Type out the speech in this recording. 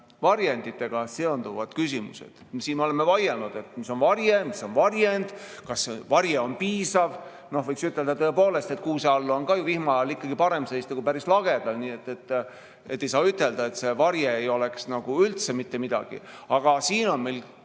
varjenditega seonduvad küsimused. Me oleme siin vaielnud, mis on varjend ja kas varje on piisav. Võiks ütelda, tõepoolest, et kuuse all on ka vihma ajal ikkagi parem seista kui päris lagedal. Nii et ei saa ütelda, et see varje ei oleks üldse mitte midagi. Aga siin on meil